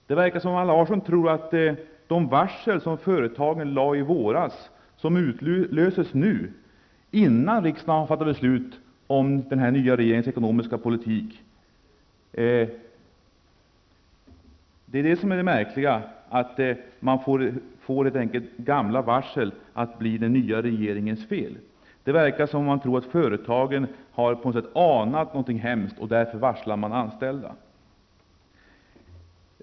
Det verkar som om Allan Larsson tycker att de varsel som företagen lade i våras och som nu utlöses i arbetslöshet, innan riksdagen fattar beslut om den nya regeringens ekonomiska politik, är den nya regeringens fel. Det är märkligt. Det verkar som om han tror att företagen på något sätt har anat någonting hemskt och därför varslat de anställda.